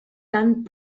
tant